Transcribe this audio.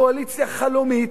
קואליציה חלומית,